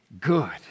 good